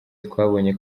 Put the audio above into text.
twabonye